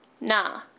nah